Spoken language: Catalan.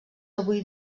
avui